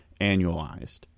annualized